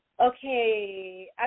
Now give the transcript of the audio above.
Okay